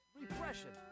repression